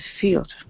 field